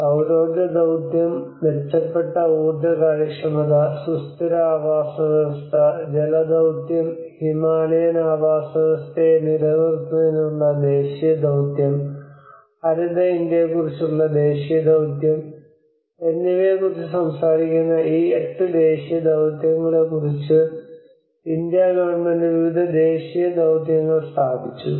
സൌരോർജ്ജ ദൌത്യം മെച്ചപ്പെട്ട ഊർജ്ജ കാര്യക്ഷമത സുസ്ഥിര ആവാസ വ്യവസ്ഥ ജല ദൌത്യം ഹിമാലയൻ ആവാസവ്യവസ്ഥയെ നിലനിർത്തുന്നതിനുള്ള ദേശീയ ദൌത്യം ഹരിത ഇന്ത്യയെക്കുറിച്ചുള്ള ദേശീയ ദൌത്യം എന്നിവയെക്കുറിച്ച് സംസാരിക്കുന്ന ഈ എട്ട് ദേശീയ ദൌത്യങ്ങളെക്കുറിച്ച് ഇന്ത്യാ ഗവൺമെന്റ് വിവിധ ദേശീയ ദൌത്യങ്ങൾ സ്ഥാപിച്ചു